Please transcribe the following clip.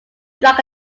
drug